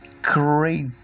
Great